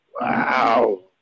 wow